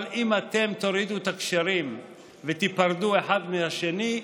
אבל אם אתם תורידו את הקשרים ותיפרדו אחד מהשני,